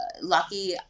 lucky